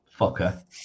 fucker